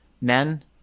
Men